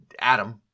Adam